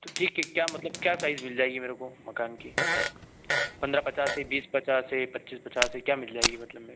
तो ठीक है क्या मतलब क्या साइज़ मिल जाएगी मेरे को मकान की पन्द्रह पचास से बीस पचास है पच्चीस पचास है क्या मिल जाएगी मतलब मेरे को